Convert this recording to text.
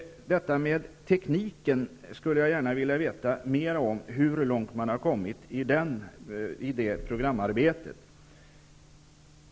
Jag skulle gärna vilja veta hur långt man i programarbetet har kommit med det som gäller tekniken.